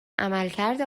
عملکرد